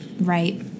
Right